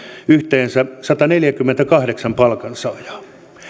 yhteensä sataneljäkymmentäkahdeksan palkansaajaa